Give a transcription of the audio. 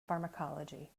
pharmacology